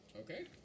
Okay